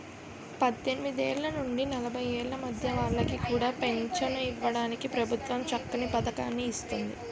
పద్దెనిమిదేళ్ల నుండి నలభై ఏళ్ల మధ్య వాళ్ళకి కూడా పెంచను ఇవ్వడానికి ప్రభుత్వం చక్కని పదకాన్ని ఇస్తోంది